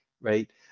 right